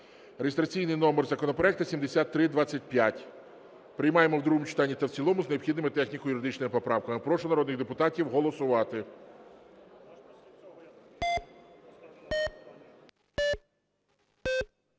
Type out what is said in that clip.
(реєстраційний номер законопроекту 7325). Приймаємо в другому читанні та в цілому з необхідними техніко-юридичними поправками. Прошу народних депутатів голосувати.